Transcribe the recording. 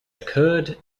occurred